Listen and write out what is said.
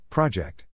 Project